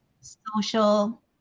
social